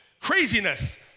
Craziness